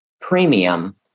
premium